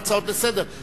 על ההצעות לסדר-היום.